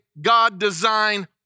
God-designed